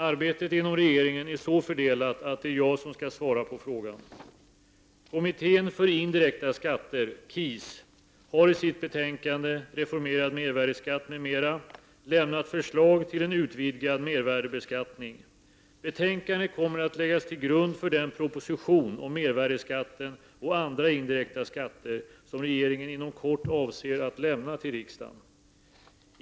Arbetet inom regeringen är så fördelat att det är jag som skall svara på frågan. Kommittén för indirekta skatter, KIS, har i sitt betänkande Reformerad mervärdeskatt m.m. lämnat förslag till en utvidgad mervärdebeskattning. Betänkandet kommer att läggas till grund för den proposition om mervärdeskatten och andra indirekta skatter som regeringen inom kort avser att lämna till riksdagen.